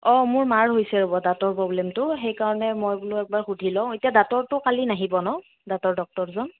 অ' মোৰ মাৰ হৈছে ৰ'ব দাঁতৰ প্ৰব্লেমটো সেইকাৰণে মই বোলো একবাৰ সুধি লওঁ এতিয়া দাঁৰটো কালি নাহিব ন দাঁতৰ ডক্টৰজন